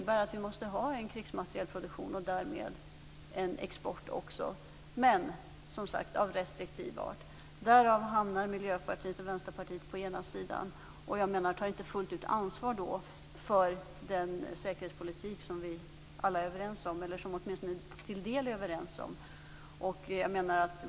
Därför måste vi ha en krigsmaterielproduktion och därmed också en export, men, som sagt, denna export skall vara restriktiv. Miljöpartiet och Vänsterpartiet hamnar på ena sidan och tar inte fullt ut ansvar för den säkerhetspolitik som vi till en del är överens om.